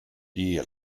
die